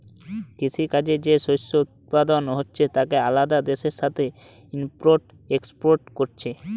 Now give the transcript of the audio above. কৃষি কাজে যে শস্য উৎপাদন হচ্ছে তাকে আলাদা দেশের সাথে ইম্পোর্ট এক্সপোর্ট কোরছে